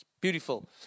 beautiful